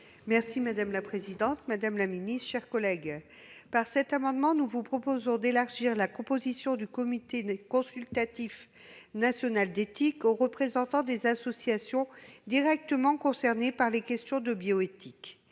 : La parole est à Mme Michelle Gréaume. Par cet amendement, nous proposons d'élargir la composition du Comité consultatif national d'éthique aux représentants des associations directement concernées par les questions de bioéthique.